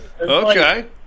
Okay